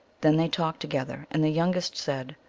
then they talked together, and the youngest said,